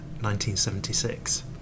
1976